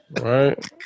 Right